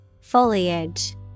Foliage